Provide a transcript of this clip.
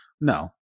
No